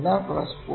1 plus 0